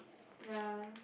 ya